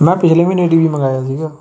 ਮੈਂ ਪਿਛਲੇ ਮਹੀਨੇ ਟੀ ਵੀ ਮੰਗਵਾਇਆ ਸੀਗਾ